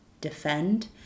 defend